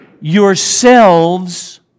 yourselves